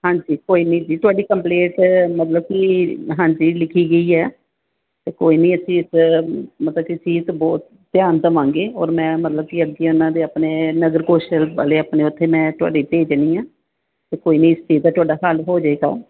ਹਾਂਜੀ ਕੋਈ ਨਹੀਂ ਜੀ ਤੁਹਾਡੀ ਕੰਪਲੇਂਟ ਮਤਲਬ ਕਿ ਹਾਂਜੀ ਲਿਖੀ ਗਈ ਹੈ ਅਤੇ ਕੋਈ ਨਹੀਂ ਅਸੀਂ ਇਸ ਮਤਲਬ ਕਿ ਅਸੀਂ ਇਸ 'ਚ ਬਹੁਤ ਧਿਆਨ ਦੇਵਾਂਗੇ ਔਰ ਮੈਂ ਮਤਲਬ ਕਿ ਅੱਗੇ ਉਹਨਾਂ ਦੇ ਆਪਣੇ ਨਗਰ ਕੋਸ਼ ਵਾਲੇ ਆਪਣੇ ਉੱਥੇ ਮੈਂ ਤੁਹਾਡੇ ਭੇਜ ਰਹੀ ਹਾਂ ਅਤੇ ਕੋਈ ਨਹੀਂ ਇਸ ਚੀਜ਼ ਦਾ ਤੁਹਾਡਾ ਹੱਲ ਹੋ ਜੇਗਾ